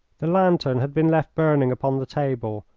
the lantern had been left burning upon the table,